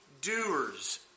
doers